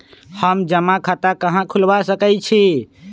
हम जमा खाता कहां खुलवा सकई छी?